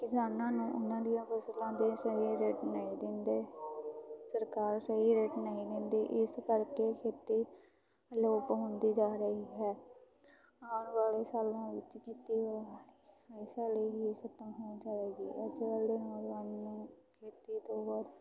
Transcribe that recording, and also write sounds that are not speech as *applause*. ਕਿਸਾਨਾਂ ਨੂੰ ਉਹਨਾਂ ਦੀਆਂ ਫਸਲਾਂ ਦੇ ਸਹੀ ਰੇਟ ਨਹੀਂ ਦਿੰਦੇ ਸਰਕਾਰ ਸਹੀ ਰੇਟ ਨਹੀਂ ਦਿੰਦੀ ਇਸ ਕਰਕੇ ਖੇਤੀ ਅਲੋਪ ਹੁੰਦੀ ਜਾ ਰਹੀ ਹੈ ਆਉਣ ਵਾਲੇ ਸਾਲਾਂ ਵਿੱਚ ਖੇਤੀ *unintelligible* ਹਮੇਸ਼ਾ ਲਈ ਹੀ ਖ਼ਤਮ ਹੋਣ ਜਾ ਰਹੀ ਹੈ ਅੱਜ ਕੱਲ੍ਹ ਦੇ ਨੌਜਵਾਨ ਨੂੰ ਖੇਤੀ ਤੋਂ ਬਹੁਤ